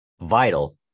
vital